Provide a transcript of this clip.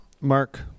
Mark